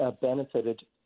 benefited